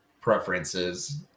preferences